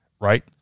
right